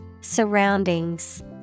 Surroundings